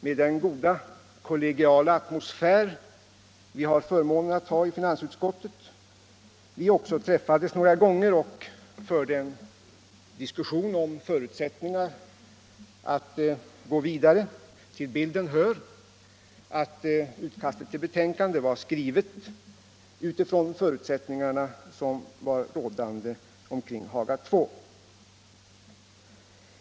Med den goda kollegiala atmosfär som vi har förmånen att ha i finansutskottet träffades vi också några gånger och diskuterade förutsättningarna att gå vidare. Till bilden hör att utkastet till betänkandet var skrivet utifrån de förutsättningar som var rådande omkring Haga II.